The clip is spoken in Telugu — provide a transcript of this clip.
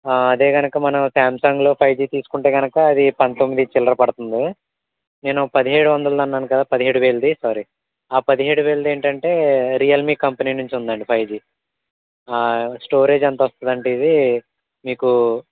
అదే కనుక మనం శాంసాంగ్లో ఫైవ్ జీ తీసుకుంటే కనుక అది పంతొమ్మిది చిల్లర పడుతుంది నే పదిహేడు వందలదన్నాను కదా పదిహేడు వేలది సోరీ ఆ పదిహేడు వెలది ఏంటంటే రియల్మీ కంపెనీ నుంచి ఉందండి ఫైవ్ జీ స్టోరేజ్ ఎంత వస్తుందంటే ఇదీ మీకు